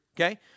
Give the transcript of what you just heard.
Okay